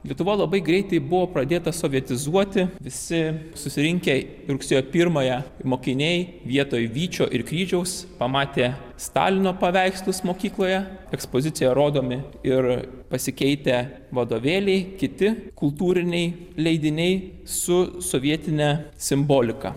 lietuva labai greitai buvo pradėtas sovietizuoti visi susirinkę rugsėjo pirmąją mokiniai vietoj vyčio ir kryžiaus pamatė stalino paveikslus mokykloje ekspozicija rodomi ir pasikeitę vadovėliai kiti kultūriniai leidiniai su sovietine simbolika